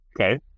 okay